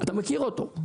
אתה מכיר אותו.